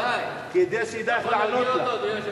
די די, תירגע כבר.